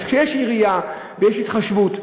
אז כשיש עירייה ויש התחשבות,